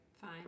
fine